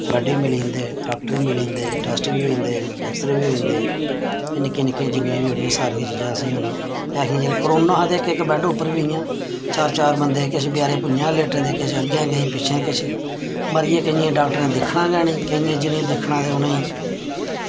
bed बी मिली जंदे डॉक्टर बी मिली जंदे टैस्ट बी होई जंदे ऐक्सरे बी होई जंदे एह् निक्कियां निक्कियां चीजां जेह्ड़ियां सारियां असेंगी ऐहियां जेल्लै कोरोना हा ते इक इक बैड्ड पर बी इयां चार चार बंदे हे किश बेचारे भुञां गै लेटे दे हे ते किश अग्गें ते किश पिच्छें मरी गे केइयें ई डॉक्टरें दिक्खना गै नेईं केइयें जि'नेंगी दिक्खना ते उ'नें ई